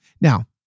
Now